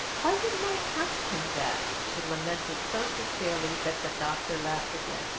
why didn't i ask him that? she lamented so sincerely that the doctor laughed again.